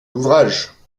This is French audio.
l’ouvrage